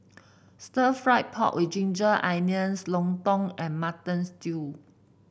Stir Fried Pork with Ginger Onions Lontong and Mutton Stew